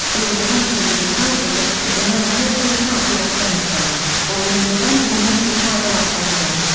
it was eventually decided that should another war break out with afghanistan, or in the event of a major tribal uprising,